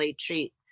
treat